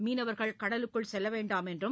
மீனவர்கள் கடலுக்குச் செல்லவேண்டாம் என்றும்